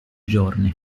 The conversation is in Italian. giorni